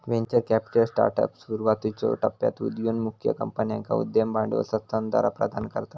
venture capital startups, सुरुवातीच्यो टप्प्यात उदयोन्मुख कंपन्यांका उद्यम भांडवल संस्थाद्वारा प्रदान करता